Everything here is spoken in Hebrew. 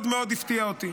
מאוד מאוד הפתיעה אותי,